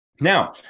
Now